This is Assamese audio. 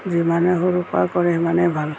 যিমানেই সৰুৰ পৰা কৰে সিমানেই ভাল